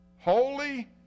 Holy